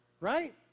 Right